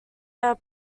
are